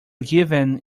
given